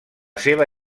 seva